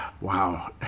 Wow